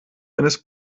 eines